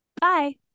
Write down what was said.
bye